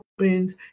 opens